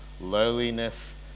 lowliness